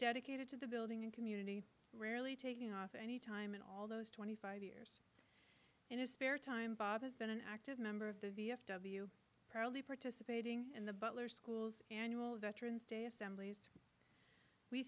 dedicated to the building and community rarely taking off any time in all those twenty five years in his spare time bob has been an active member of the v f w proly participating in the butler schools annual veterans day assemblies we